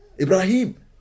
Ibrahim